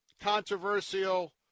controversial